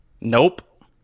Nope